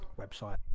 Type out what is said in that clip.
website